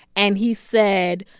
and he said,